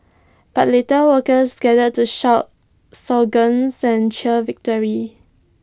but later workers gathered to shout slogans and cheer victory